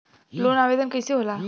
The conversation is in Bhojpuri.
लोन आवेदन कैसे होला?